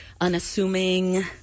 unassuming